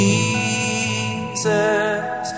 Jesus